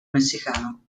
messicano